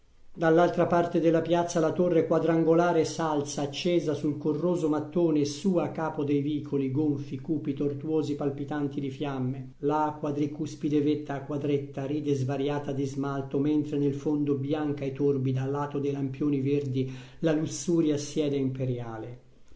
dall'altra parte della piazza la torre quadrangolare s'alza accesa sul corroso mattone sù a capo dei vicoli gonfi cupi tortuosi palpitanti di fiamme la quadricuspide vetta a quadretta ride svariata di smalto mentre nel fondo bianca e torbida a lato dei lampioni verdi la lussuria siede imperiale